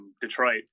Detroit